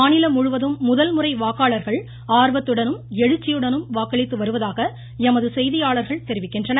மாநிலம் முழுவதும் முதல்முறை வாக்காளர்கள் ஆர்வத்துடனும் எழுச்சியுடனும் வாக்களித்து வருவதாக எமது செய்தியாளர்கள் தெரிவிக்கின்றனர்